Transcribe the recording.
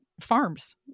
farms